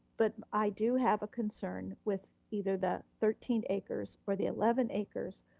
but i do have a concern with either the thirteen acres or the eleven acres,